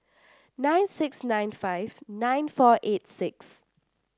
nine six nine five nine four eight six